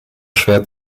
schwer